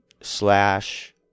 Slash